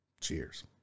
Cheers